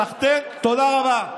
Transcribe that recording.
סחתיין, תודה רבה.